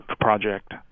project